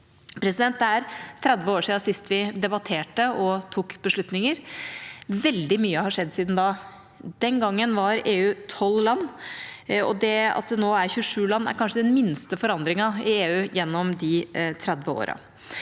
i 1994. Det er 30 år siden sist vi debatterte og tok beslutninger. Veldig mye har skjedd siden da. Den gangen var EU 12 land. Det at det nå er 27 land, er kanskje den minste forandringen i EU gjennom de 30 årene.